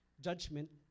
judgment